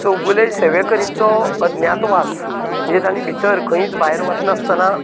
चौगुले सेवेकरींचो अज्ञातवास म्हणजे तांचे भितर खंयच भायर वचनासतना